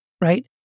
right